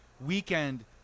weekend